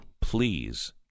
please